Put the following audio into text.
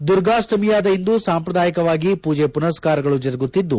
ದುರ್ಗಾಷ್ಟಮಿಯಾದ ಇಂದು ಸಾಂಶ್ರದಾಯಿಕವಾಗಿ ಪೂಜೆ ಪುನಸ್ತಾರಗಳು ಜರುಗುತ್ತಿದ್ದು